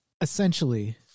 Essentially